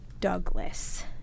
Douglas